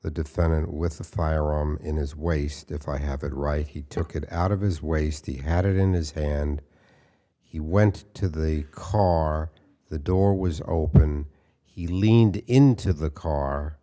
the defendant with the firearm in his waist if i have it right he took it out of his waist he had it in his hand he went to the car the door was open he leaned into the car